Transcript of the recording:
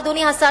אדוני השר,